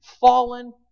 fallen